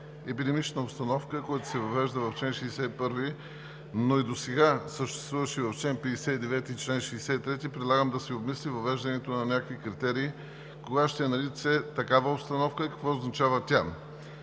епидемична обстановка“, което се въвежда в чл. 61, но и досега съществуваше в чл. 59 и чл. 63, предлагам да се обмисли въвеждането на мерки и критерии кога ще е налице такава обстановка и какво означава тя.